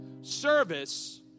service